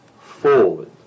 forward